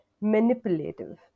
manipulative